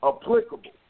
applicable